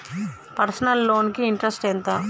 Personal loan కి interest ఎంత?